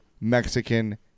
Mexican